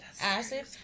acid